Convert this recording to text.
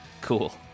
Cool